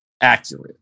accurate